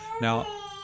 now